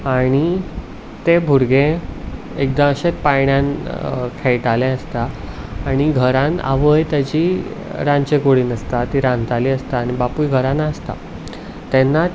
आनी तें भुरगें एकदां अशेंच पाळण्यांत खेळटालें आसता आनी घरांत आवय ताची रांदचेकुडींत आसता ती रांदताली आसता आनी बापूय घरांत आसता तेन्नाच